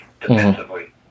defensively